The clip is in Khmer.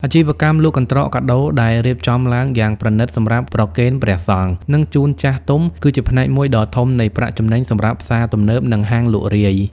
អាជីវកម្មលក់កន្ត្រកកាដូដែលរៀបចំឡើងយ៉ាងប្រណីតសម្រាប់ប្រគេនព្រះសង្ឃ និងជូនចាស់ទុំ គឺជាផ្នែកមួយដ៏ធំនៃប្រាក់ចំណេញសម្រាប់ផ្សារទំនើប និងហាងលក់រាយ។